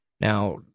Now